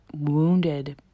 wounded